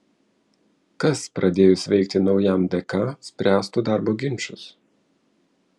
kas pradėjus veikti naujam dk spręstų darbo ginčus